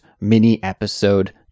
mini-episode